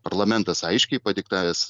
parlamentas aiškiai padiktavęs